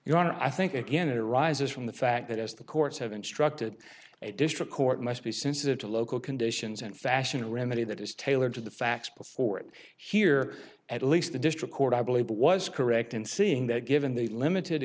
honor i think again it arises from the fact that as the courts have instructed a district court must be sensitive to local conditions and fashion a remedy that is tailored to the facts before it here at least the district court i believe was correct in seeing that given the limited